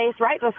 right